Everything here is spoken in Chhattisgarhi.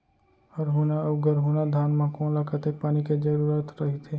हरहुना अऊ गरहुना धान म कोन ला कतेक पानी के जरूरत रहिथे?